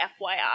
FYI